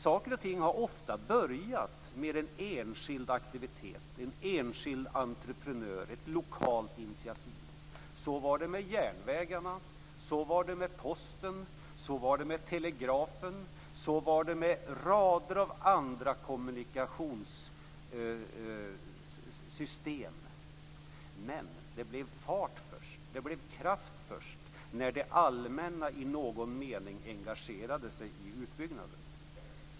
Saker och ting har ofta börjat med en enskild aktivitet, en enskild entreprenör, ett lokalt initiativ. Så var det med järnvägarna, så var det med posten, telegrafen och rader av andra kommunikationssystem. Men det blev fart och kraft först när det allmänna i någon mening engagerade sig i utbyggnaden.